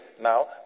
Now